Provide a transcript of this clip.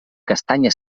castanya